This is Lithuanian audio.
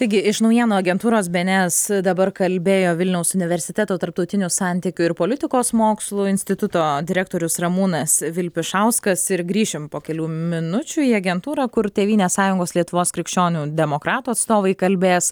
taigi iš naujienų agentūros bėnėes dabar kalbėjo vilniaus universiteto tarptautinių santykių ir politikos mokslų instituto direktorius ramūnas vilpišauskas ir grįšim po kelių minučių į agentūrą kur tėvynės sąjungos lietuvos krikščionių demokratų atstovai kalbės